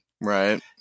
Right